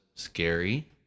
scary